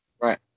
Right